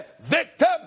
victim